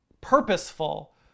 purposeful